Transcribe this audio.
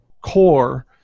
core